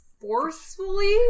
forcefully